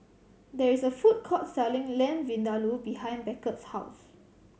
there is a food court selling Lamb Vindaloo behind Beckett's house